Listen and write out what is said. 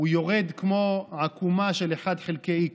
יורד כמו עקומה של 1 חלקי x.